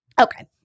Okay